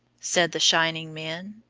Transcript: said the shining men.